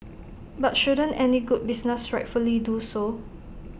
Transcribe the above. but shouldn't any good business rightfully do so